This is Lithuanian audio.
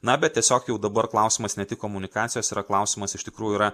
na bet tiesiog jau dabar klausimas ne tik komunikacijos yra klausimas iš tikrųjų yra